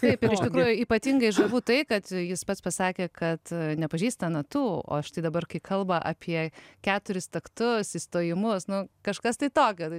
taip iš tikrųjų ypatingai žavu tai kad jis pats pasakė kad nepažįsta natų o štai dabar kai kalba apie keturis taktus įstojimus nu kažkas tai tokio